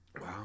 Wow